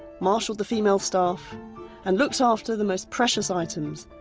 marshalled the female staff and looked after the most precious items,